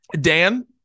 Dan